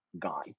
gone